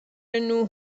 نوح